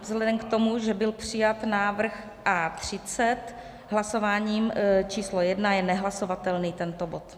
Vzhledem k tomu, že byl přijat návrh A30 hlasováním číslo jedna, je nehlasovatelný tento bod.